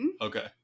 Okay